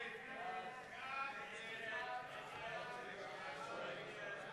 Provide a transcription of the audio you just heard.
ההצעה להסיר מסדר-היום